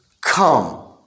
come